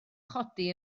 chodi